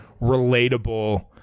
relatable